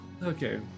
Okay